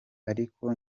ariko